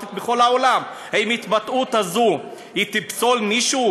דמוקרטית בכל העולם האם ההתבטאות הזו היא תפסול מישהו,